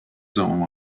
zoned